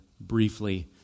briefly